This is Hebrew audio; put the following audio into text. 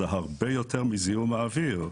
זה הרבה יותר מזיהום האוויר.